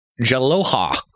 Jaloha